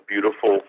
beautiful